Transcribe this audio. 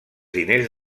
diners